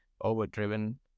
overdriven